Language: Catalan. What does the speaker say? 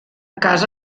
casa